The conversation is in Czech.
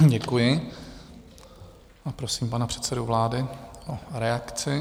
Děkuji a prosím pana předsedu vlády o reakci.